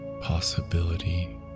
possibility